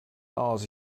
aus